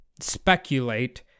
speculate